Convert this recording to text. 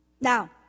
Now